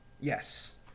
Yes